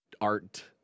art